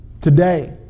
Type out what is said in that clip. today